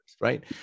Right